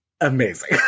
amazing